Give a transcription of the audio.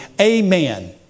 Amen